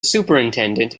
superintendent